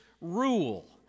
rule